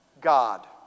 God